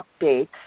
updates